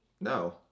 No